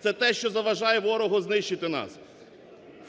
Це те, що заважає ворогу знищити нас,